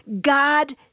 God